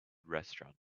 restaurant